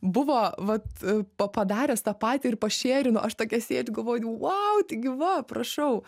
buvo vat pa padaręs tą patį ir pašėrino aš tokia sėdžiu galvoju vau taigi va prašau